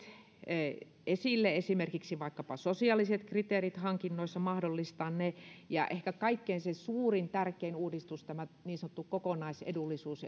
esille esimerkiksi sosiaaliset kriteerit hankinnoissa mahdollistaa ja ehkä kaikkein se suurin ja tärkein uudistus oli niin sanottu kokonaisedullisuus